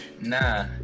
Nah